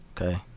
okay